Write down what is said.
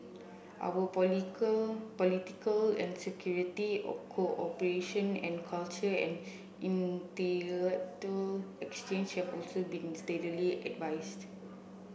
our political and security cooperation and cultural and intellectual exchange have also been steadily advanced